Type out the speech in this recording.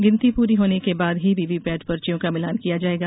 गिनती पूरी होने के बाद ही वीवीपैट पर्चियों का मिलान किया जायेगा